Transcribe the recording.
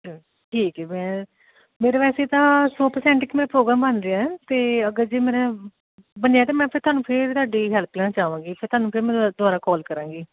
ਠੀਕ ਏ ਮੈਂ ਮੇਰੇ ਵੈਸੇ ਤਾਂ ਸੌ ਪਰਸੈਂਟ ਇੱਕ ਮੈਂ ਪ੍ਰੋਗਰਾਮ ਬਣ ਰਿਹਾ ਅਤੇ ਅਗਰ ਜੇ ਮੇਰਾ ਬਣਿਆਤਾਂ ਮੈਂ ਫ਼ਿਰ ਤੁਹਾਨੂੰ ਫਿਰ ਤੁਹਾਡੀ ਹੈਲਪ ਲੈਣਾ ਚਾਵਾਂਗੀ ਫਿਰ ਤੁਹਾਨੂੰ ਫਿਰ ਦੁਬਾਰਾ ਕੋਲ ਕਰਾਂਗੀ